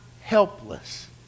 helpless